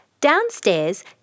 Downstairs